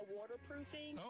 Waterproofing